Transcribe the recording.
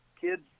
kids